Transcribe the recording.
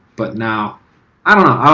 but now i don't know.